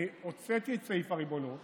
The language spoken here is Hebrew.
אני הוצאתי את סעיף הריבונות